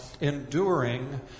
enduring